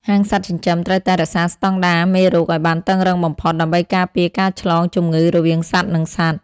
ហាងសត្វចិញ្ចឹមត្រូវតែរក្សាស្តង់ដារមេរោគឱ្យបានតឹងរ៉ឹងបំផុត ដើម្បីការពារការឆ្លងជំងឺរវាងសត្វ និងសត្វ។